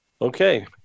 Okay